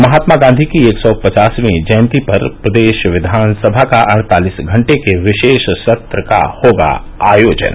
महात्मा गांधी की एक सौ पचासवीं जयंती पर प्रदेश विधानसभा के अड़तालिस घंटे के विशेष सत्र का होगा आयोजन